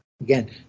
Again